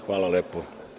Hvala lepo.